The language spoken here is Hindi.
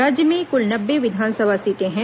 राज्य में क्ल नब्बे विधानसभा सीटें हैं